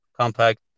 compact